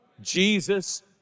Jesus